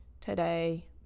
today